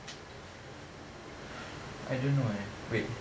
I don't know eh wait